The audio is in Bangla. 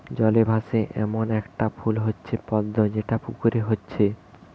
জলে ভাসে এ্যামন একটা ফুল হচ্ছে পদ্ম যেটা পুকুরে হচ্ছে